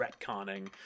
retconning